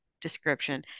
description